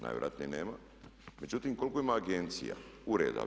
Najvjerojatnije nema, međutim koliko ima agencija, ureda?